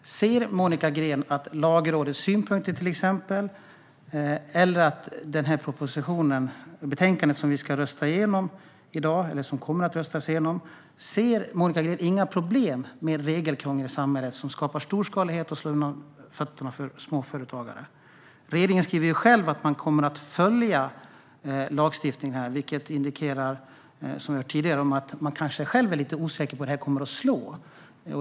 Detta betänkande ska röstas igenom i dag. Har Monica Green tagit del av Lagrådets synpunkter, och ser hon inga problem med regelkrångel i samhället som skapar storskalighet och slår undan fötterna för småföretagare? Regeringen skriver själv att man kommer att följa upp lagstiftningen, vilket indikerar att regeringen själv är osäker på hur lagen kommer att slå.